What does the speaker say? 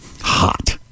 Hot